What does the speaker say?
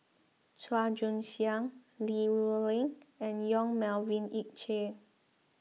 Chua Joon Siang Li Rulin and Yong Melvin Yik Chye